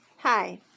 Hi